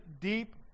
deep